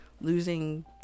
losing